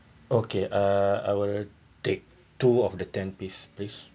okay uh I will take two of the ten piece please